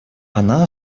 она